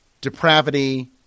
depravity